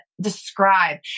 describe